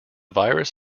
virus